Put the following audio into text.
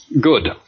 good